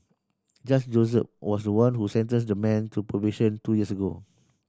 Judge Joseph was the one who sentenced the man to probation two years ago